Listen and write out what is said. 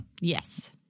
Yes